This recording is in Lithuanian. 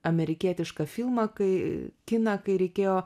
amerikietišką filmą kai kiną kai reikėjo